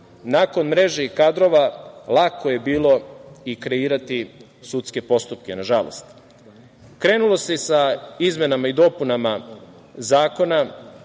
Nakon mreže i kadrova, lako je bilo i kreirati sudske postupke, nažalost. Krenulo se sa izmenama i dopunama zakona